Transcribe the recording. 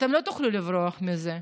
אתם לא תוכלו לברוח מזה.